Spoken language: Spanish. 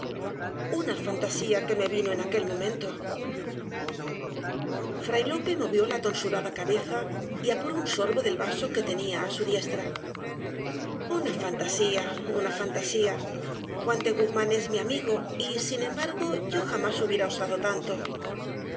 una fantasía que me vino en aquel momento fray lope movió la tonsurada cabeza y apuró un sorbo del vaso que tenía á su diestra una fantasía una fantasía juan de guzmán es mi amigo y sin embargo yo jamás hubiera osado tanto